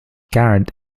garrett